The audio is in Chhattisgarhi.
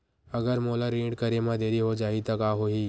अगर मोला ऋण करे म देरी हो जाहि त का होही?